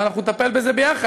ואנחנו נטפל בזה ביחד.